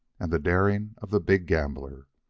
and the daring of the big gambler.